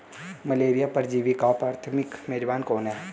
Malaria परजीवी का प्राथमिक मेजबान कौन है?